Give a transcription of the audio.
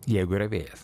jeigu yra vėjas